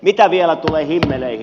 mitä vielä tulee himmeleihin